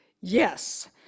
yes